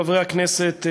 חברי הכנסת,